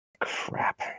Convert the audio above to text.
Crap